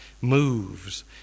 moves